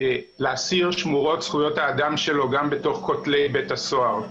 לאסיר שמורות זכויות האדם שלו גם בתוך כותלי בית הסוהר,